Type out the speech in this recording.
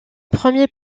premier